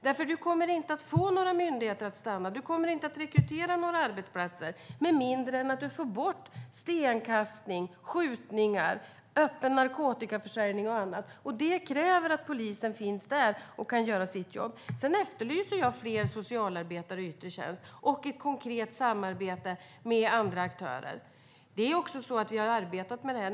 Vi kommer inte att få några myndigheter att stanna eller rekrytera några arbetsplatser med mindre än att vi får bort stenkastning, skjutningar, öppen narkotikaförsäljning och annat, och det kräver att polisen finns där och kan göra sitt jobb. Jag efterlyser också fler socialarbetare i yttre tjänst och ett konkret samarbete med andra aktörer. Vi har arbetat med det här.